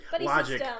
logic